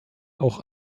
auch